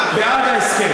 בעד ההסכם.